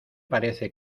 parece